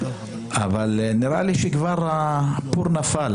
אבל נראה לי שהפור כבר נפל,